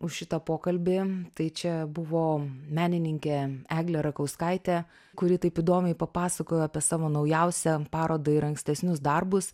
už šitą pokalbį tai čia buvo menininkė eglė rakauskaitė kuri taip įdomiai papasakojo apie savo naujausią parodą ir ankstesnius darbus